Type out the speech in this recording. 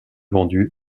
vendu